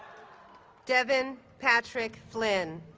devin patrick flynn